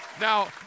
Now